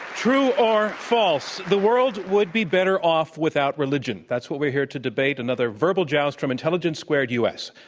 true or false, the world would be better off without religion? that's what we're here to debate, another verbal joust from intelligence squared u. s.